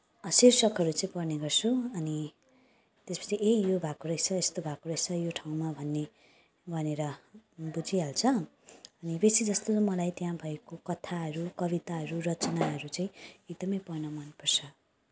शीर्षकहरू चाहिँ पढ्ने गर्छु अनि त्यसपछि ए यो भएको रहेछ यस्तो भएको रहेछ यो ठाउँमा भन्ने भनेर बुझिहाल्छ अनि बेसी जस्तो त मलाई त्यहाँ भएको कथाहरू कविताहरू रचनाहरू चाहिँ एकदमै पढ्न मनपर्छ